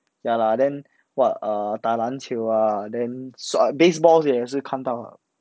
ya lah then what err 打篮球啊 then 耍 baseball 也是看到